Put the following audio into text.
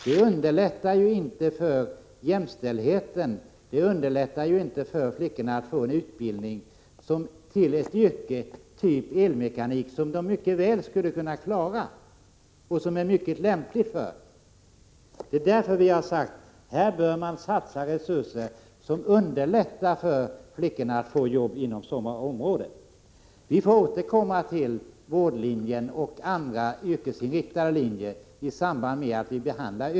Det underlättar inte jämställdheten och det underlättar inte för flickorna att få utbildning för ett yrke inom exempelvis området elmekanik, som flickorna är mycket lämpade för och mycket väl skulle kunna klara. Vi har därför sagt att man bör satsa resurser för att underlätta för flickorna att få arbete inom sådana områden. I samband med att vi behandlar ÖGY får vi återkomma till vårdlinjen och andra yrkesinriktade linjer.